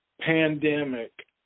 pandemic